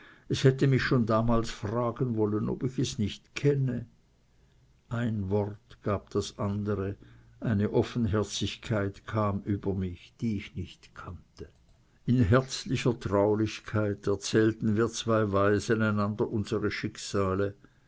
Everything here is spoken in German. es hätte mich schon damals fragen wollen ob ich es nicht mehr kenne ein wort gab das andere eine offenherzigkeit kam über mich die ich nicht kannte in herzlicher traulichkeit erzählten wir zwei waisen einander unsere schicksale